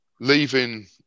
leaving